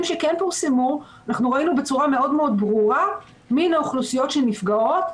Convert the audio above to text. פורסמו ראינו בצורה ברורה מי הן האוכלוסיות שנפגעות.